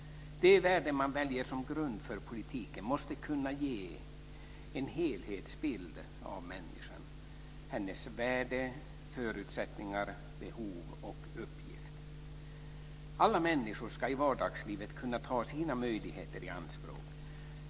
De värden man väljer som grund för politiken måste kunna ge en helhetsbild av människan - hennes värde, förutsättningar, behov och uppgift. Alla människor ska i vardagslivet kunna ta sina möjligheter i anspråk.